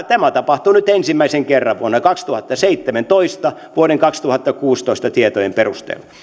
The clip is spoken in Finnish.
tämä tapahtuu nyt ensimmäisen kerran vuonna kaksituhattaseitsemäntoista vuoden kaksituhattakuusitoista tietojen perusteella